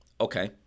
Okay